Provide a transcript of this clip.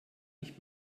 nicht